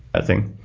i think.